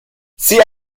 sie